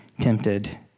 tempted